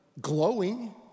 glowing